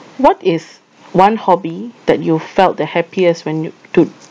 what is one hobby that you felt the happiest when you to